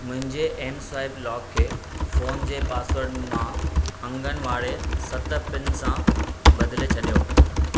मुंहिंजे ऐम swipe lock खे फ़ोन जे पासवर्ड मां अंगनि वारे सत पिन सां बदले छॾियो